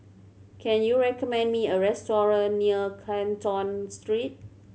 can you recommend me a restaurant near Canton Street